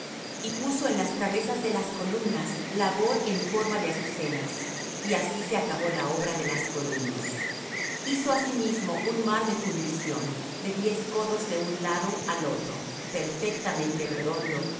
y puso en las cabezas de las columnas labor en forma de azucenas y así se acabó la obra de las columnas hizo asimismo un mar de fundición de diez codos del un lado al otro perfectamente redondo